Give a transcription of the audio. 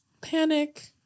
panic